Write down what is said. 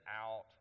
out